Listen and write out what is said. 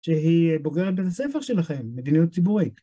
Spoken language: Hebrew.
שהיא בוגרת בית הספר שלכם, מדיניות ציבורית.